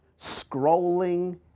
scrolling